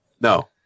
No